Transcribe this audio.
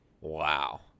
Wow